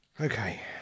Okay